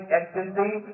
ecstasy